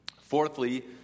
Fourthly